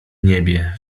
niebie